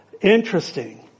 Interesting